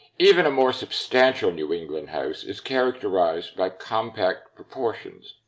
even a more substantial new england house is characterized by compact proportions.